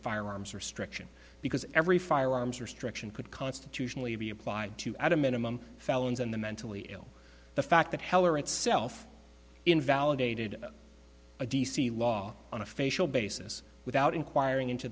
firearms restriction because every firearms restriction could constitutionally be applied to at a minimum felons and the mentally ill the fact that heller itself invalidated a d c law on a facial basis without inquiring into